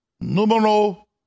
numero